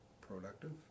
productive